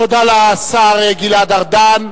תודה לשר גלעד ארדן.